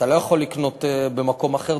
אתה לא יכול לקנות במקום אחר,